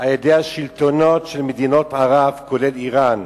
על-ידי השלטונות של מדינות ערב כולל אירן,